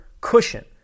cushion